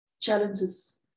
challenges